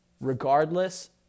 regardless